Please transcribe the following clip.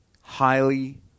Highly